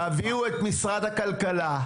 תביאו את משרד הכלכלה,